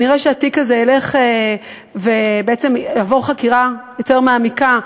נראה שהתיק הזה ילך ויעבור חקירה יותר מעמיקה.